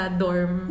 dorm